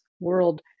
world